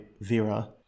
Vera